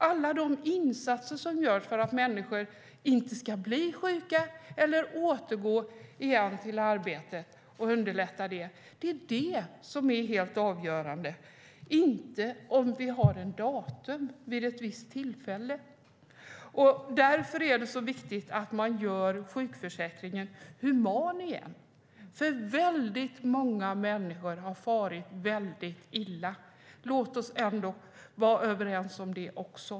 Alla de insatser som görs för att människor inte ska bli sjuka eller underlätta för dem att återgå till arbete - det är det som är helt avgörande, inte om det finns ett datum vid ett visst tillfälle. Därför är det så viktigt att göra sjukförsäkringen human igen, för många människor har farit väldigt illa. Låt oss vara överens om det också!